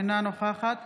אינה נוכחת